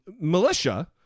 militia